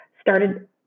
started